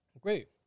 Great